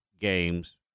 games